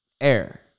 air